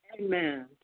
Amen